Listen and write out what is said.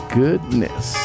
goodness